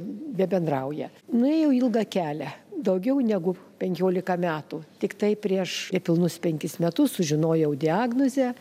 nebendrauja nuėjo ilgą kelią daugiau negu penkiolika metų tiktai prieš nepilnus penkis metus sužinojau diagnozę